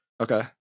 Okay